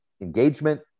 engagement